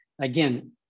Again